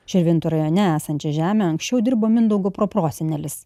širvintų rajone esančią žemę anksčiau dirbo mindaugo proprosenelis